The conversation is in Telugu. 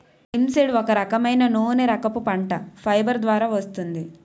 లింసీడ్ ఒక రకమైన నూనెరకపు పంట, ఫైబర్ ద్వారా వస్తుంది